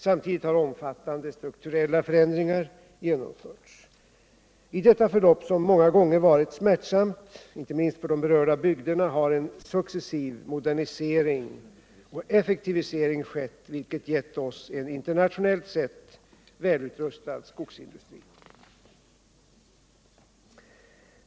Samtidigt har omfattande strukturella förändringar genomförts. I detta förlopp, som många gånger varit smärtsamt, inte minst för de berörda bygderna, har en successiv modernisering och effektivisering skett, vilket gett oss en internationellt sett välrustad skogsindustri.